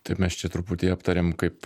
tai mes čia truputį aptarėm kaip